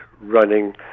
running